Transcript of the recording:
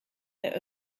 der